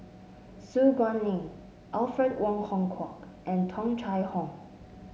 Su Guaning Alfred Wong Hong Kwok and Tung Chye Hong